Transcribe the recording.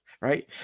Right